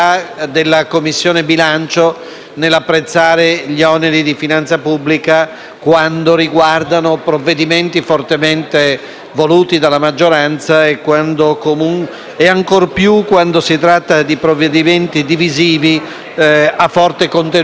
voluti dalla maggioranza e, ancor più, quando si tratta di provvedimenti divisivi a forte contenuto ideologico. Allora, tutti gli argini di finanza pubblica vengono meno e la disponibilità a